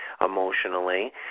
Emotionally